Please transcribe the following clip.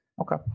Okay